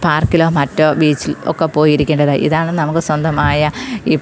പാർക്കിലോ മറ്റോ ബീച്ചിൽ ഒക്കെ പോയി ഇരിക്കേണ്ടത് ഇതാണ് നമുക്ക് സ്വന്തമായ ഇപ്പം